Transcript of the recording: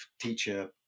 teacher